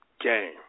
game